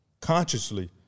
consciously